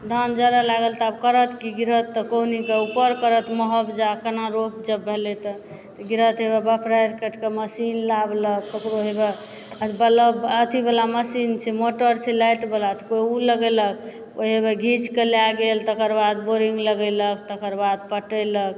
धान जड़ै लागल तऽ आब करत की गिरहत तऽ कोहिनीके उपर करत मोआब्जा केना रोप ज पहिले तऽ गिरहत बफारि काटि कऽ मशीन लाबलक ककरो हेबऽ बलब अथि बला मशीन छियै मोटर छियै लाइट बला तऽ कोइ ओ लगेलक ओहे मे घीच कऽ लए गेल तकर बोरिंग लगेलक तकर बाद पटैलक